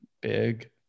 Big